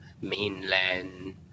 mainland